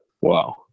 Wow